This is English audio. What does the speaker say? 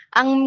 ang